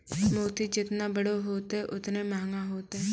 मोती जेतना बड़ो होतै, ओतने मंहगा होतै